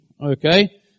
okay